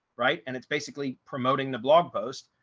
right. and it's basically promoting the blog post,